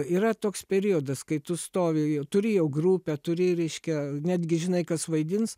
yra toks periodas kai tu stovi turi jau grupę turi reiškia netgi žinai kas vaidins